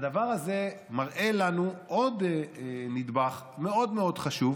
הדבר הזה מראה לנו עוד נדבך מאוד מאוד חשוב,